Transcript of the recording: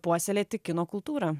puoselėti kino kultūrą